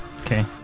Okay